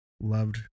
loved